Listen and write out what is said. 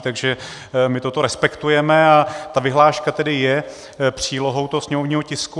Takže my toto respektujeme a ta vyhláška tedy je přílohou toho sněmovního tisku.